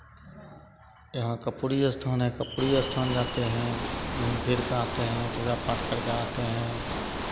यहाँ कर्पूरी स्थान है कर्पूरी स्थान जाते हैं घूम फिर का आते हैं पूजा पाठ करके आते हैं